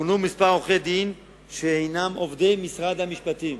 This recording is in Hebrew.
מונו כמה עורכי-דין שהינם עובדי משרד המשפטים.